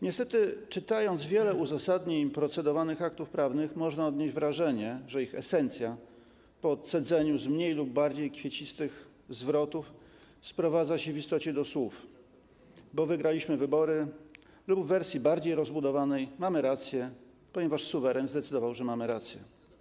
Niestety czytając wiele uzasadnień procedowanych aktów prawnych, można odnieść wrażenie, że ich esencja po odcedzeniu z mniej lub bardziej kwiecistych zwrotów sprowadza się w istocie do słów: bo wygraliśmy wybory, a w wersji bardziej rozbudowanej: mamy rację, ponieważ suweren zdecydował, że mamy rację.